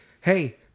hey